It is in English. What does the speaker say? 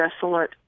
desolate